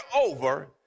over